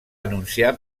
anunciar